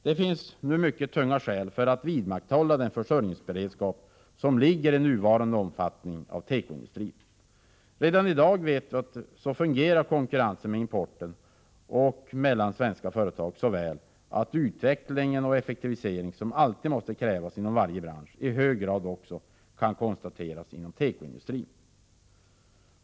Det finns mycket tunga skäl att vidmakthålla den försörjningsberedskap som nuvarande omfattning av tekoindustrin innebär. Redan i dag fungerar konkurrensen med importen och mellan svenska företag så väl att den utveckling och effektivisering som alltid måste krävas inom varje bransch i hög grad också kan konstateras inom tekoindustrin.